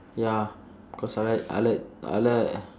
ya cause I like I like I like